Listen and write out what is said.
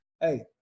hey